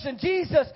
Jesus